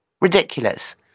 ridiculous